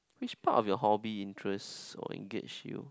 which part of your hobby interests or engage you